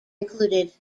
included